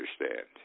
understand